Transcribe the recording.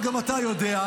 גם אתה יודע,